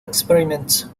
experiments